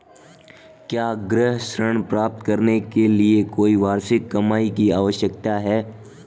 क्या गृह ऋण प्राप्त करने के लिए कोई वार्षिक कमाई की आवश्यकता है?